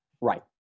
Right